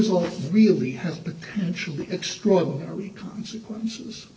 resolve really has potentially extraordinary consequences